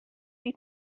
you